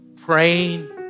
praying